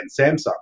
Samsung